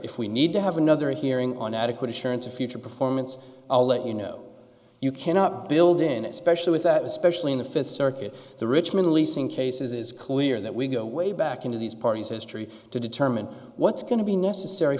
if we need to have another hearing on adequate assurance of future performance i'll let you know you cannot build in especially with that especially in the fifth circuit the richmond leasing cases is clear that we go way back into these parties history to determine what's going to be necessary